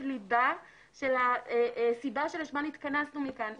לב הסיבה שלשמה התכנסנו כאן.